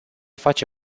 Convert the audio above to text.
face